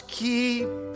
keep